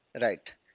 Right